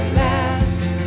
last